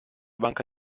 banca